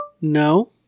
No